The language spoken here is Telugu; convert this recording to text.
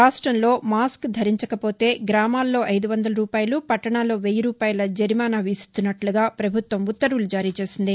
రాష్ట్రంలో మాస్క్ ధరించకపోతే గ్రామాల్లో ఐదు వందల రూపాయలు పట్టణాల్లో వెయ్యి రూపాయల జరిమానా విధిస్తున్నట్లుగా పభుత్వం ఉత్తర్వులు జారీచేసింది